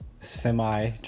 semi